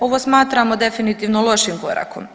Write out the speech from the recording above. Ovo smatramo definitivno lošim korakom.